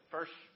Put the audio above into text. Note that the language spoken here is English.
First